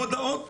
מודעות